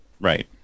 Right